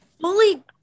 fully –